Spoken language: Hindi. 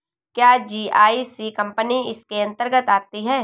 क्या जी.आई.सी कंपनी इसके अन्तर्गत आती है?